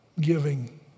giving